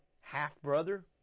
half-brother